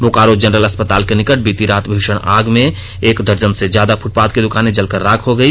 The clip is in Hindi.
बोकारो जनरल अस्पताल के निकट बीती रात भीषण आग में एक दर्जन से ज्यादा फुटपाथ की दुकानें जलकर राख हो गई